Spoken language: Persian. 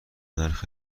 نرخ